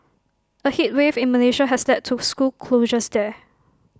A heat wave in Malaysia has led to school closures there